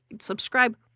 Subscribe